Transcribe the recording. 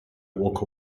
walk